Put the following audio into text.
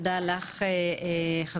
תודה לך חברתי,